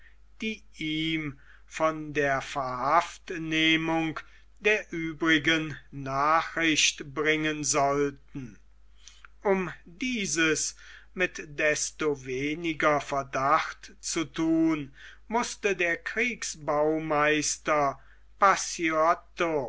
die ihm von der verhaftnehmung der uebrigen nachricht bringen sollten um dieses mit desto weniger verdacht zu thun mußte der